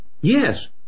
Yes